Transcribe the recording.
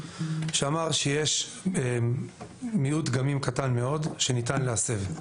שאמר שיש מיעוט דגמים קטן מאוד שניתן להסב.